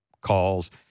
calls